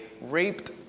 raped